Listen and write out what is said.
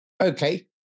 Okay